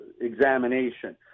examination